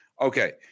Okay